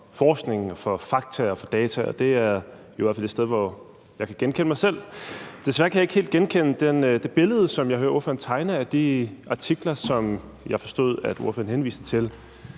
forskning, for fakta og for data, og det er jo i hvert fald et sted, hvor jeg kan genkende mig selv. Desværre kan jeg ikke helt genkende det billede, som jeg hører ordføreren tegne af de artikler, som jeg forstod at ordføreren henviste til.